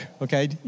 okay